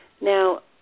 Now